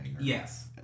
yes